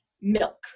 milk